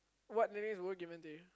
what nickname were given to you